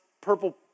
purple